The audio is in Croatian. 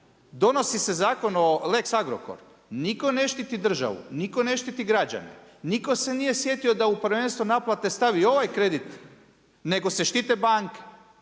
donosi se zakon o lex Agrokor, nitko ne štiti državu, nitko ne štiti građane, nitko se nije sjetio da u prvenstvu naplate stavi ovaj kredit nego se štite banke,